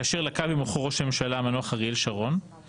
כאשר לקה במוחו ראש הממשלה המנוח אריאל שרון,